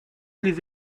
les